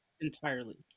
entirely